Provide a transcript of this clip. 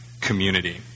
community